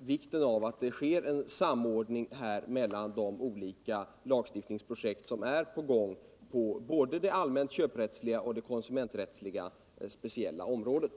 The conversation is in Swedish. vikten av att det sker en samordning mellan de olika lagstiftningsprojekt som är på gång på både det allmänt köprättsliga och det konsumenträttsliga speciella området.